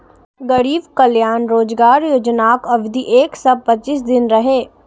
गरीब कल्याण रोजगार योजनाक अवधि एक सय पच्चीस दिन रहै